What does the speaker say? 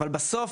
אבל בסוף,